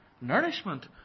nourishment